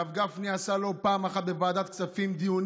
הרב גפני עשה לא פעם אחת בוועדת הכספים דיונים